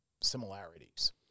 similarities